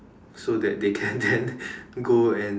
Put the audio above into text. so that they can then go and